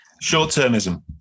Short-termism